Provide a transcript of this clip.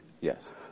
Yes